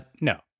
no